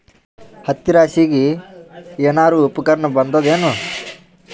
ಹತ್ತಿ ರಾಶಿಗಿ ಏನಾರು ಉಪಕರಣ ಬಂದದ ಏನು?